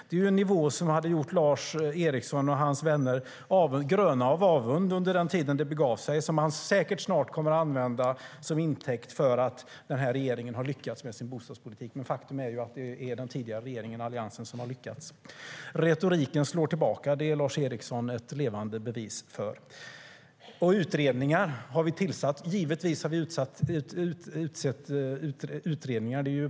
Det är en nivå som hade gjort Lars Eriksson och hans vänner gröna av avund under den tid då det begav sig och som han säkert snart kommer att ta till intäkt för att den här regeringen har lyckats med sin bostadspolitik. Men faktum är att det är den tidigare regeringen och Alliansen som har lyckats. Retoriken slår tillbaka - det är Lars Eriksson ett levande bevis för. Givetvis har vi tillsatt utredningar.